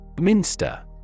Minster